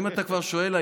אם אתה כבר שואל,